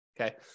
Okay